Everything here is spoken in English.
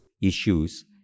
issues